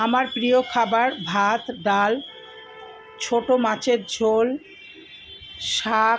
আমার প্রিয় খাবার ভাত ডাল ছোটো মাছের ঝোল শাক